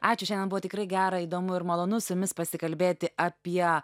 ačiū šiandien buvo tikrai gera įdomu ir malonu su jumis pasikalbėti apie